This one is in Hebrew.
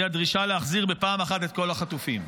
הדרישה להחזיר בפעם אחת את כל החטופים,